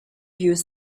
use